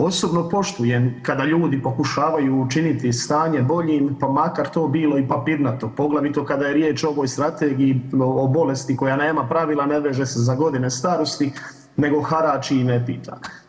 Osobno poštujem kada ljudi pokušavaju učiniti stanje boljim pa makar to bilo i papirnato, poglavito kada je riječ o ovoj strategiji o bolesti koja nema pravila, ne veže se za godine starosti nego harači i ne pita.